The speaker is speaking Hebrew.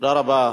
תודה רבה.